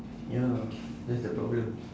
ya that's the problem